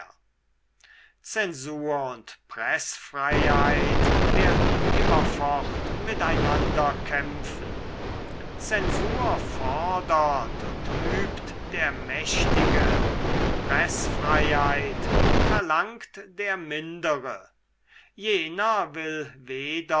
zensur und preßfreiheit werden immerfort miteinander kämpfen zensur fordert und übt der mächtige preßfreiheit verlangt der mindere jener will